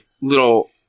little